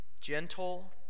gentle